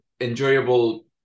enjoyable